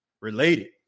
related